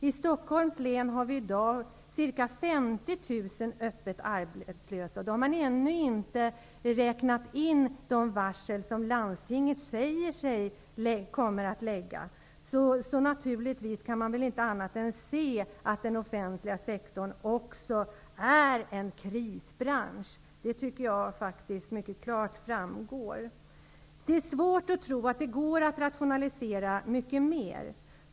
I Stockholms län har vi i dag ca 50 000 öppet arbetslösa, och i det antalet har man ändå inte räknat in de varsel som landstinget säger sig komma att lägga ut. Man kan inte se annat än att också den offentliga sektorn är en krisbransch. Jag tycker att det framgår mycket klart. Det är svårt att tro att det går att rationalisera mycket mer.